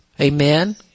Amen